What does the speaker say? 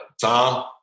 tom